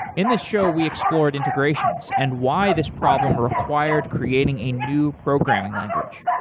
in this show, we explored integrations and why this problem required creating a new programming language.